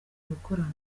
gukorana